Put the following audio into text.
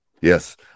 Yes